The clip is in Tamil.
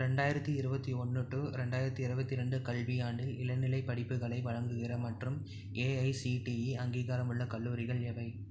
ரெண்டாயிரத்து இருபத்திஒன்னு டூ ரெண்டாயிரத்தி இருபத்திரெண்டு கல்வியாண்டில் இளநிலைப் படிப்புகளை வழங்குகிற மற்றும் ஏஐசிடிஇ அங்கீகாரமுள்ள கல்லூரிகள் எவை